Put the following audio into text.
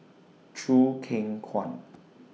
Choo Keng Kwang